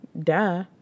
Duh